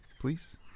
please